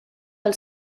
del